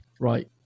right